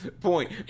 point